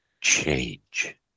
change